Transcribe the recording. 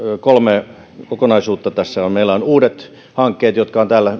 kolme kokonaisuutta tässä on meillä on uudet hankkeet jotka ovat täällä